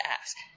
ask